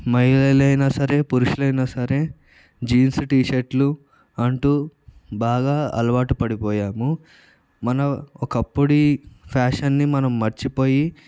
మహిళలైనా సరే పురుషులైనా సరే జీన్స్ టీషర్ట్లు అంటూ బాగా అలవాటు పడిపోయాము మన ఒకప్పుడి ఫ్యాషన్ని మనం మర్చిపోయి